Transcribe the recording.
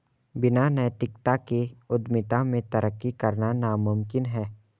बिना नैतिकता के उद्यमिता में तरक्की करना नामुमकिन है